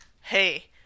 hey